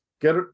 get